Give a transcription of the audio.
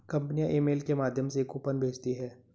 कंपनियां ईमेल के माध्यम से कूपन भेजती है